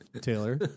Taylor